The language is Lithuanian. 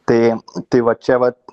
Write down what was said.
tai tai va čia vat